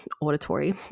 auditory